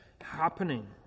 happening